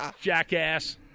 Jackass